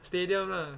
stadium lah